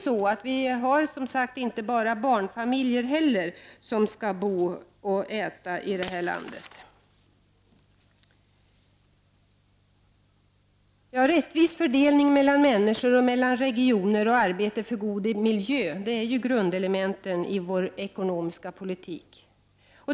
Det är inte bara barnfamiljer som skall bo och äta i det här landet. En rättvis fördelning mellan människor och regioner samt arbete för en god miljö är grundelementen i vår ekonomiska politik.